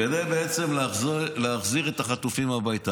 -- כדי בעצם להחזיר את החטופים הביתה.